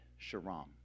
Sharam